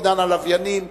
בעידן הלוויינים,